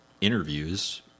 interviews